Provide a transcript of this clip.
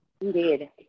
Indeed